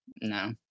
No